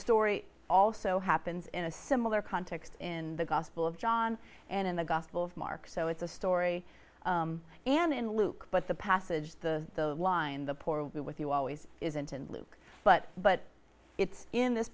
story also happens in a similar context in the gospel of john and in the gospel of mark so it's a story and in luke but the passage the the line the poor with you always isn't in luke but but it's in this